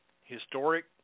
historic